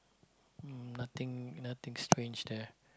n~ nothing nothing strange there